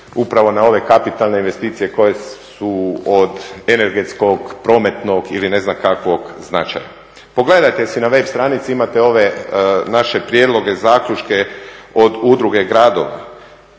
upravo na ove kapitalne investicije koje su od energetskog, prometnog ili ne znam kakvog značaja. Pogledajte si na web stranici imate ove naše prijedloge, zaključke od Udruge gradova.